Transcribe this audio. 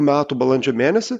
metų balandžio mėnesį